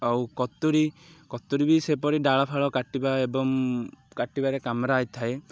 ଆଉ କତୁୁରୀ କତୁୁରୀ ବି ସେପରି ଡାଳ ଫାଳ କାଟିବା ଏବଂ କାଟିବାରେ କାମରେ ଆସିଥାଏ